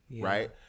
right